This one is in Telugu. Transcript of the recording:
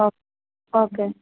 ఓకే